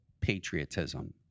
patriotism